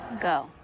Go